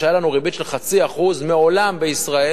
כשהיתה לנו ריבית של 0.5% מעולם בישראל,